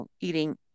Eating